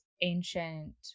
ancient